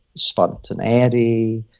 spontaneity,